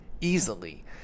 easily